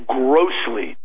grossly